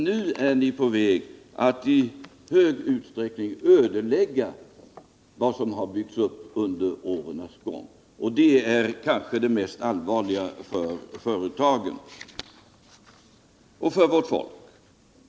Nu är ni på väg att i stor utsträckning ödelägga vad som har byggts upp under årens gång. Det är kanske det mest allvarliga för företagen och för vårt folk.